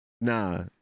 nah